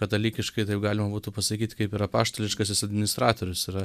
katalikiškai taip galima būtų pasakyt kaip ir apaštališkasis administratorius yra